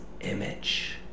image